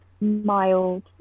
mild